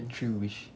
that three wish